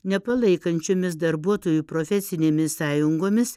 nepalaikančiomis darbuotojų profesinėmis sąjungomis